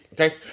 Okay